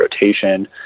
rotation